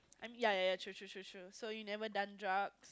I'm yeah yeah yeah true true true true so you never done drugs